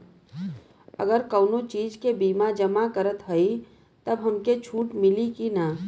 अगर कउनो चीज़ के बिल जमा करत हई तब हमके छूट मिली कि ना?